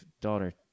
daughter